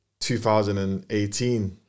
2018